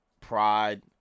Pride